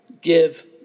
give